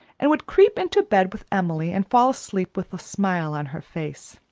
and would creep into bed with emily and fall asleep with a smile on her face.